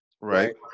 right